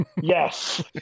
yes